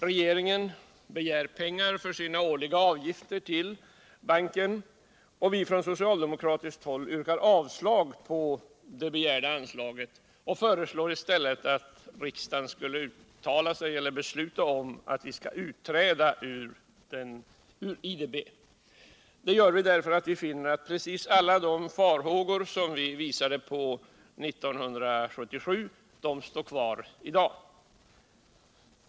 Regeringen begär pengar för sin årliga avgift till banken, och vi socialdemokrater yrkar avslag på det begärda anslaget och förestår i stället att riksdagen skall besluta att Sverige utträder ur IDB. Detta gör vi, därför att vi finner att alla de farhågor som vi påvisade 1977 finns kvar i dag.